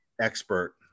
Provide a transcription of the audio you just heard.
expert